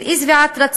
של אי-שביעות רצון,